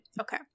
Okay